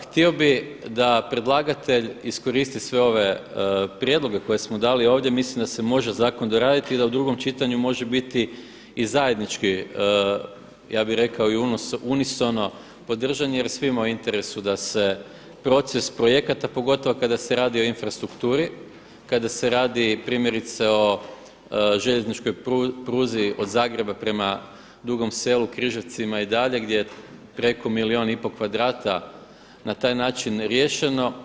Htio bi da predlagatelj iskoristi sve ove prijedloge koje smo dali ovdje, mislim da se može zakon doraditi i da u drugom čitanju može biti i zajednički unisono podržan jer svima je u interesu da se proces projekata pogotovo kada se radi o infrastrukturi, kada se radi primjerice o željezničkoj pruzi od Zagreba prema Dugom Selu, Križevcima i dalje gdje preko milijun i pol kvadrata na taj način riješeno.